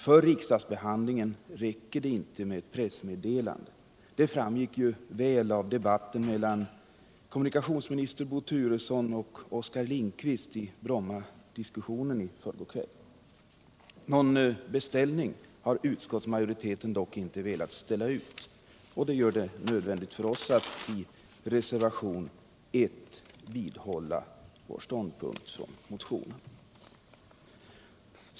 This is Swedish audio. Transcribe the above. För riksdagsbehandlingen räcker det inte med ett pressmeddelande — det framgick ju väl av debatten mellan kommunikationsminister Bo Turesson och Oskar Lindkvist i Brommafrågan i förrgår kväll. Någon beställning har utskottsmajoriteten dock inte velat göra. Därför är det nödvändigt för oss att i reservation 1 vidhålla vår ståndpunkt från motionen. Jag yrkar bifall till reservationen.